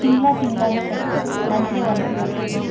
ತಿಂಗ್ಳು ತಿಂಗ್ಳುನೂ ಕಟ್ಟಬೇಕು ಮಂತ್ಲಿ ಒನ್ಸ್ ಕಟ್ಟಬೇಕು